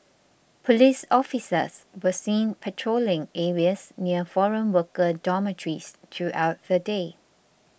police officers were seen patrolling areas near foreign worker dormitories throughout the day